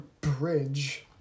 Bridge